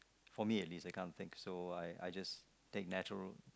for me at least I can't think so I I just take take natural